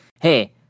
hey